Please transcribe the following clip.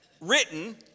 written